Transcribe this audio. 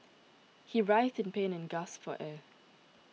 he writhed in pain and gasped for air